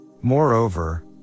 Moreover